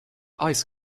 ice